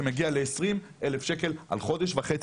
זה מגיע ל-20,000 אלף שקל על חודש וחצי